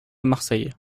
marseille